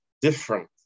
different